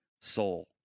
soul